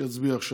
שיצביע עכשיו.